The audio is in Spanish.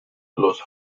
los